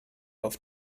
auf